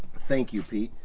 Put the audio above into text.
thank you pete!